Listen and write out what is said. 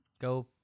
Go